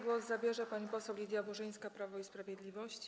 Głos zabierze pani poseł Lidia Burzyńska, Prawo i Sprawiedliwość.